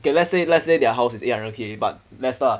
okay let's say let's say their house is eight hundred K but let's start